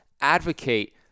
advocate